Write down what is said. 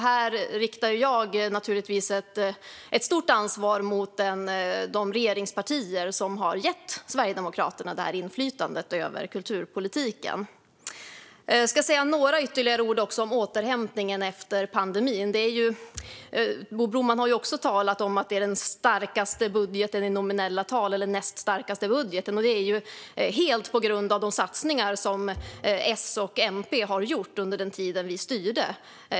Här lägger jag naturligtvis ett stort ansvar på de regeringspartier som har gett Sverigedemokraterna detta inflytande över kulturpolitiken. Jag ska säga några ytterligare ord om återhämtningen efter pandemin. Bo Broman har talat om att det är den starkaste budgeten i nominella tal - eller den näst starkaste budgeten. Det är ju helt på grund av de satsningar som S och MP har gjort under den tid då vi styrde.